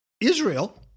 Israel